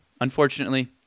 unfortunately